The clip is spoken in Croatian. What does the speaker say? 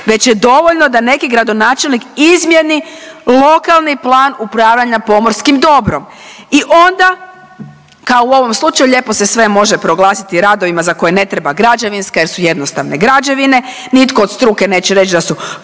već je dovoljno da neki gradonačelnik izmjeni lokalni plan upravljanja pomorskim dobrom. I onda kao u ovom slučaju lijepo se sve može proglasiti radovima za koje ne treba građevinska jer su jednostavne građevine, nitko od struke neće reći da su